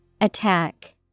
Attack